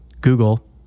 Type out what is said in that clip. Google